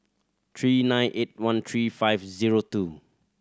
three nine eight one three five zero two